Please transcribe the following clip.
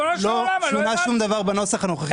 לא שונה שום דבר בנוסח הנוכחי.